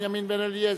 בנימין בן-אליעזר,